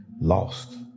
lost